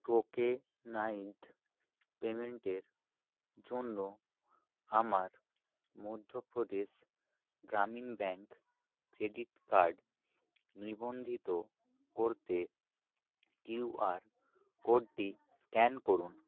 tokenised পেমেন্টের জন্য আমার Madhya Pradesh Gramin bank credit card নিবন্ধিত করতে কিউআর কোডটি স্ক্যান করুন